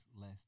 Less